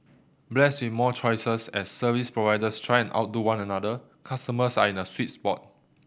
blessed with more choices as service providers try outdo one another customers are in a sweet spot